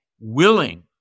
willing